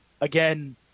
again